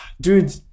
dude